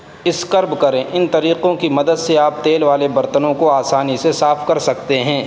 scrub کریں ان طریقوں کی مدد سے آپ تیل والے برتنوں کو آسانی سے صاف کر سکتے ہیں